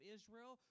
Israel